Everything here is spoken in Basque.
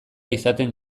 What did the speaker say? izaten